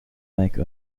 make